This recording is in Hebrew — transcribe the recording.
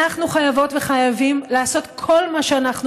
אנחנו חייבות וחייבים לעשות כל מה שאנחנו